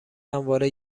همواره